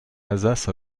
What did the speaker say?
alsace